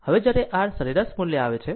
હવે જ્યારે r RMS મૂલ્ય આવે છે